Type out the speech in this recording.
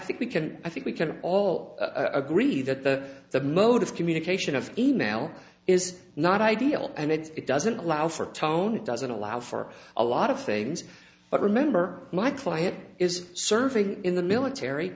think we can i think we can all agree that the the mode of communication of e mail is not ideal and it doesn't allow for tone it doesn't allow for a lot of things but remember my client is serving in the military